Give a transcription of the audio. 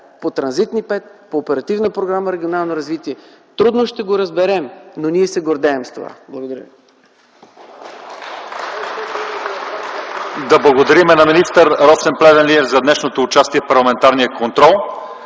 по „Транзитни пътища” 5, по оперативна програма „Регионално развитие”. Трудно ще го разберем, но ние се гордеем с това. Благодаря ви.